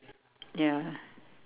ya